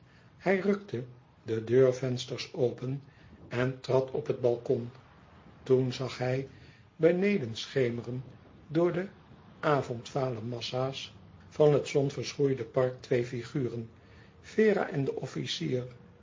hij rukte de deurvensters open en trad op het balcon toen zag hij beneden schemeren door de avondvale massa's van het zonverschroeide park twee figuren vera en den officier